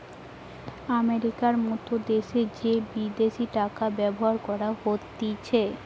আমেরিকার মত দ্যাশে যে বিদেশি টাকা ব্যবহার করা হতিছে